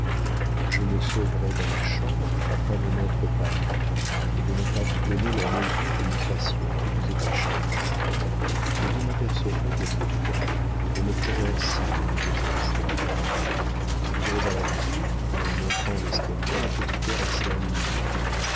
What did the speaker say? je me sauverai dans ma chambre afin de n'être pas vue et de ne pas vous donner la mesure d'une passion qui vous est à charge mais vous m'apercevrez quelquefois et me ferez un signe avec votre mouchoir vous aurez dans la cour et en montant l'escalier un petit air assez ennuyé